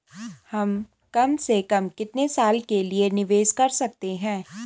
हम कम से कम कितने साल के लिए निवेश कर सकते हैं?